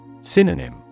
Synonym